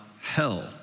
hell